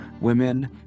women